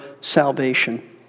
salvation